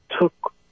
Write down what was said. took